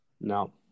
No